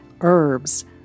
herbs